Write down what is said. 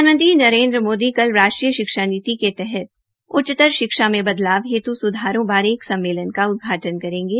प्रधानमंत्री नरेन्द्र मोदी कल राष्ट्रीय शिक्षा नीति के तहत उच्चतर शिक्षा में बदलाव हेतु सुधारों बारे एक सम्मेलन का उदघाटन् करेंगे